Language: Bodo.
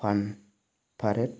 रियान पराग